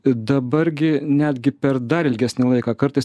dabar gi netgi per dar ilgesnį laiką kartais